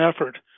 effort